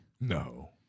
No